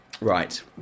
Right